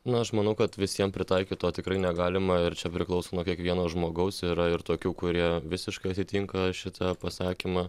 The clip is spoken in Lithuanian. na aš manau kad visiem pritaikyt to tikrai negalima ir čia priklauso nuo kiekvieno žmogaus yra ir tokių kurie visiškai atitinka šitą pasakymą